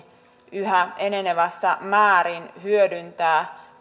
yhä enenevässä määrin hyödyntää